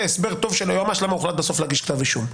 הסבר טוב של היועמ"ש ללמה הוחלט בסוף להגיש כתב אישום.